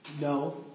No